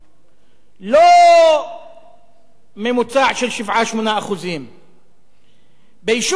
לא ממוצע של 7% 8% ביישוב לקיה,